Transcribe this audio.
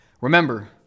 Remember